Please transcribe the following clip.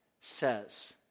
says